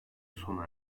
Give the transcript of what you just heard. sona